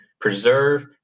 preserve